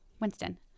Winston